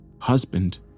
Husband